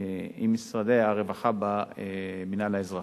עם משרדי הרווחה במינהל האזרחי.